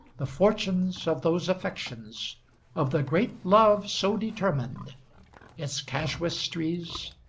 the fortunes of those affections of the great love so determined its casuistries,